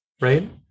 right